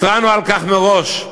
התרענו על כך מראש,